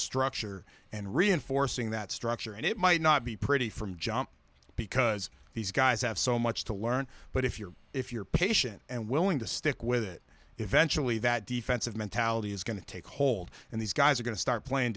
structure and reinforcing that structure and it might not be pretty from jump because these guys have so much to learn but if you're if you're patient and willing to stick with it eventually that defensive mentality is going to take hold and these guys are going to start playing